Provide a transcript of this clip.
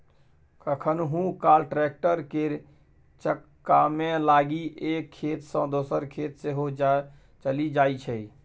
कखनहुँ काल टैक्टर केर चक्कामे लागि एक खेत सँ दोसर खेत सेहो चलि जाइ छै